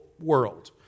world